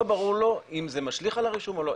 לא ברור לו אם זה משליך על הרישום או לא,